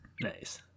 Nice